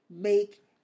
make